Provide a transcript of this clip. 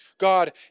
God